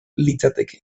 litzateke